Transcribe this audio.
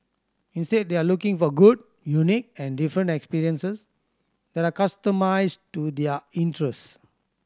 instead they are looking for good unique and different experiences that are customised to their interests